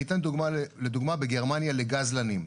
אני אתן לדוגמה בגרמניה לגזלנים.